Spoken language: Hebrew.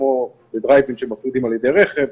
כמו בדרייב אין שמפרידים על ידי רכב,